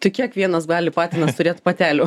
tai kiek vienas gali patinas turėt patelių